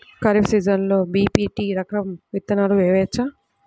ఖరీఫ్ సీజన్లో బి.పీ.టీ రకం విత్తనాలు వేయవచ్చా?